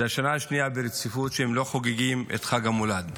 זו השנה השנייה ברציפות שהם לא חוגגים את חג המולד,